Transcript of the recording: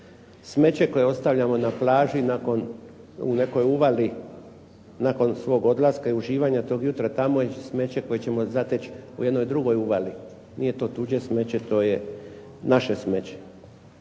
Smeće koje ostavljamo na plaži nakon, u nekoj uvali nakon svog odlaska i uživanja tog jutra tamo je smeće koje ćemo zateći u nekoj drugoj uvali. Nije to tuđe smeće, to je naše smeće.